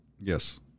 Yes